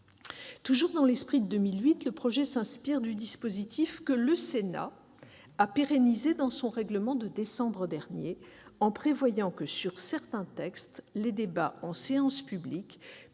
Toujours dans l'esprit de 2008, le projet s'inspire du dispositif que le Sénat a pérennisé dans son règlement de décembre dernier, en prévoyant, sur certains textes, la concentration des débats en séance publique sur les